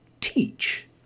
teach